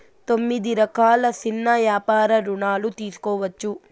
తొమ్మిది రకాల సిన్న యాపార రుణాలు తీసుకోవచ్చు